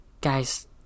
Guys